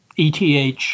ETH